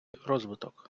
розвиток